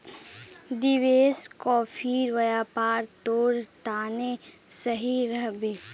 देवेश, कॉफीर व्यापार तोर तने सही रह बे